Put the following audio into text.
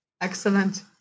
Excellent